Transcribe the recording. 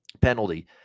penalty